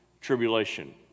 tribulation